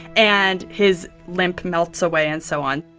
and his limp melts away and so on